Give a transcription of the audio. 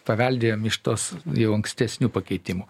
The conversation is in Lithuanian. paveldėjom iš tos jau ankstesnių pakeitimų